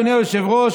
אדוני היושב-ראש,